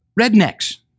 Rednecks